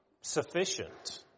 sufficient